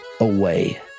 away